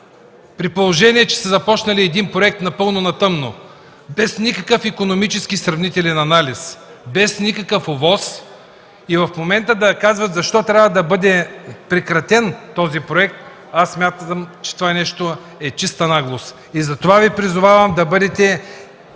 При положение че са започнали един проект напълно на тъмно, без никакъв икономически и сравнителен анализ, без никакъв ОВОС и в момента да казват защо трябва да бъде прекратен този проект, аз смятам, че това е чиста наглост. Затова Ви призовавам да бъдете